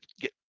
get